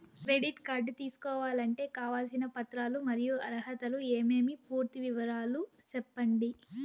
Credit card తీసుకోవాలంటే కావాల్సిన పత్రాలు మరియు అర్హతలు ఏమేమి పూర్తి వివరాలు సెప్పండి?